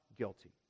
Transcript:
Guilty